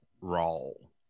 role